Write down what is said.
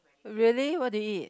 really what do you eat